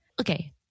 Okay